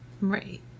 right